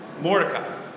Mordecai